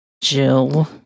Jill